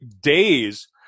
days